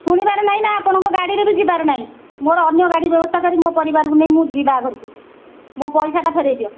ଶୁଣିବାର ନାହିଁ ନା ଆପଣଙ୍କ ଗାଡ଼ିରେ ବି ଯିବାର ନାହିଁ ମୋର ଅନ୍ୟ ଗାଡ଼ି ବ୍ୟବସ୍ଥା କରି ମୋ ପରିବାରକୁ ନେଇ ମୁଁ ଯିବି ବାହାଘରକୁ ମୋ ପଇସାଟା ଫେରାଇ ଦିଅ